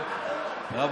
היושב-ראש, אתה צודק.